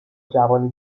جوانی